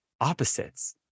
opposites